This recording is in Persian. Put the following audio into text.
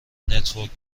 نتورک